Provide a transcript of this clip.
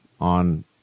on